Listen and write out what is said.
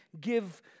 give